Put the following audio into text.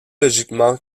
logiquement